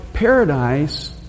Paradise